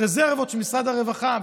הרזרבות של משרד הרווחה.